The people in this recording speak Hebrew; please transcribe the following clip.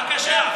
בבקשה.